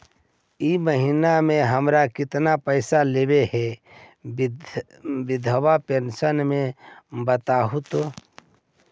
इ महिना मे हमर केतना पैसा ऐले हे बिधबा पेंसन के बताहु तो?